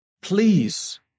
Please